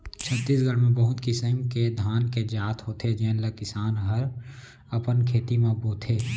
छत्तीसगढ़ म बहुत किसिम के धान के जात होथे जेन ल किसान हर अपन खेत म बोथे